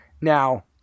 Now